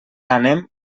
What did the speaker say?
anem